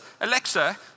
Alexa